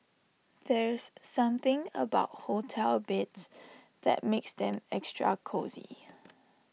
there's something about hotel beds that makes them extra cosy